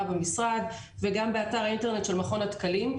במשרד וגם באתר האינטרנט של מכון התקנים.